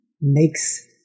makes